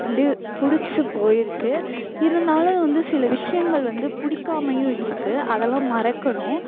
அப்படியே பிடிச்சி போய்ருக்கு இருந்தாலும் அது வந்து சில விஷயங்கள் வந்து பிடிக்காமயும் இருக்குது அதெல்லாம் மறக்கணும்